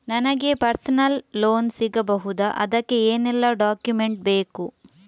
ನನಗೆ personal loan ಸಿಗಬಹುದ ಅದಕ್ಕೆ ಏನೆಲ್ಲ ಡಾಕ್ಯುಮೆಂಟ್ ಬೇಕು?